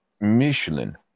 Michelin